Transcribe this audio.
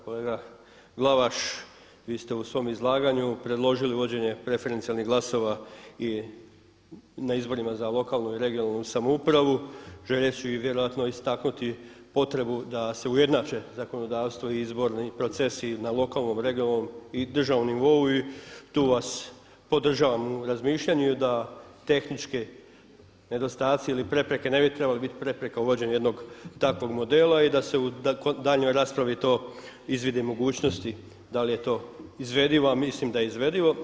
Kolega Glavaš vi ste u svom izlaganju predložili uvođenje preferencijalnih glasova i na izborima za lokalnu i regionalnu samoupravu. željet ću i vjerojatno istaknuti potrebu da se ujednače zakonodavstva i izborni procesi na lokalnom, regionalnom i državnom nivou i tu vas podražavam u razmišljanju i da tehnički nedostaci ili prepreke ne bi trebale biti prepreka uvođenju jednog takvog modela i da se u daljnjoj raspravi to izvide mogućnosti da li je to izvedivo a mislim da je izvedivo.